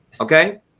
Okay